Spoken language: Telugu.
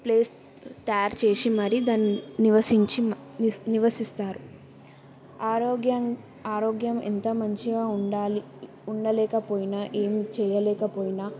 ప్లేస్ తయారు చేసి మరి దన్ నివసించి నివసిస్తారు ఆరోగ్యం ఆరోగ్యం ఎంత మంచిగా ఉండాలి ఉండకపోయిన ఏమి చేయలేకపోయినా